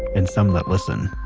and some that listen